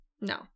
No